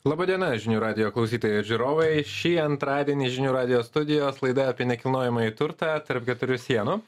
laba diena žinių radijo klausytojai ir žiūrovai šį antradienį žinių radijo studijos laida apie nekilnojamąjį turtą tarp keturių sienų